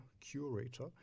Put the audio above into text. curator